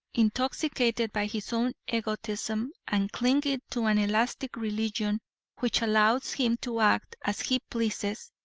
intoxicated by his own egotism and clinging to an elastic religion which allows him to act as he pleases,